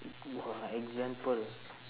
got example